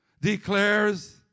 declares